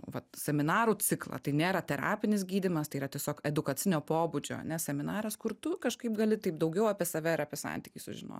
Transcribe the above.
vat seminarų ciklą tai nėra terapinis gydymas tai yra tiesiog edukacinio pobūdžio ane seminaras kur tu kažkaip gali taip daugiau apie save ir apie santykį sužinot